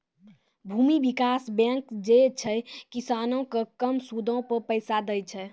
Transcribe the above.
भूमि विकास बैंक जे छै, किसानो के कम सूदो पे पैसा दै छे